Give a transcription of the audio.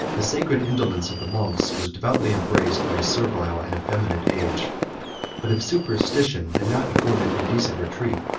the sacred indolence of the monks was devoutly embraced by a servile and effeminate age but if superstition had not afforded a decent retreat,